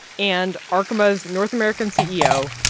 and arkema's north american ceo.